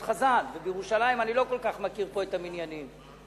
חזן, ואני לא כל כך מכיר פה את המניינים בירושלים.